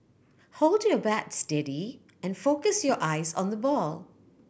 hold your bat steady and focus your eyes on the ball